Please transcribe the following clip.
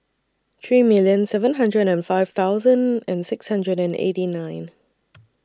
three million seven hundred and five thousand and six hundred and eighty nine